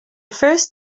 first